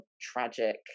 tragic